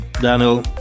Daniel